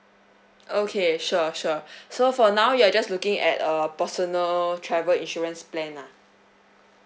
okay sure sure so for now you're just looking at a personal travel insurance plan lah